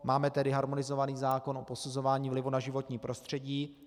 Máme tedy harmonizovaný zákon o posuzování vlivu na životní prostředí.